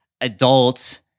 adult